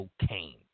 cocaine